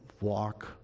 walk